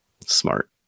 smart